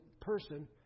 person